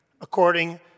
according